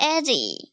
Eddie